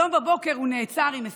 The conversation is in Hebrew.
היום בבוקר הוא נעצר, היא מספרת.